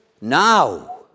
now